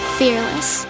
fearless